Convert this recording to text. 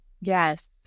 Yes